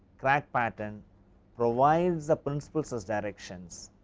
crack pattern provides the principal stress directions